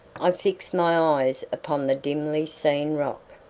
i fixed my eyes upon the dimly-seen rock,